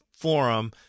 forum